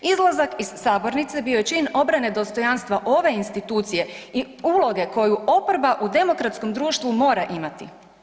Izlazak iz sabornice bio je čin obrane dostojanstva ove institucije i uloge koju oporba u demokratskom društvu mora imati.